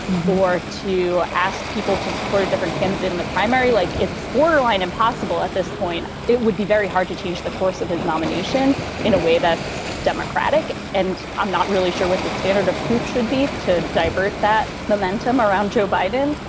more to ask people to support a different candidate in the primary. like it's it's borderline impossible at this point. it would be very hard to change the course of his nomination in a way that's democratic. and i'm not really sure what the standard of proof should be to divert that momentum around joe biden.